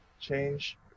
change